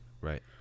Right